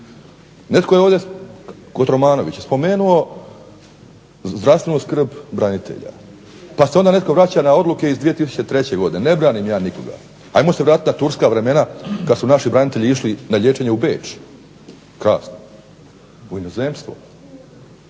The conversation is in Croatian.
Netko je ovdje, Kotromanović, spomenuo zdravstvenu skrb branitelja pa se onda netko vraća na odluke iz 2003. godine. Ne branim ja nikoga. Ajmo se vratit na turska vremena kad su naši branitelji išli na liječenje u Beč, u inozemstvo.